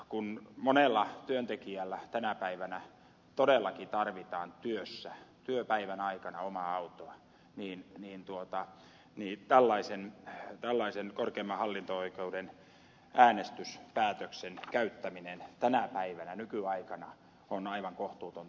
kun monella työntekijällä tänä päivänä todellakin tarvitaan työssä työpäivän aikana omaa autoa niin tällaisen korkeimman hallinto oikeuden äänestyspäätöksen käyttäminen tänä päivänä nykyaikana on aivan kohtuutonta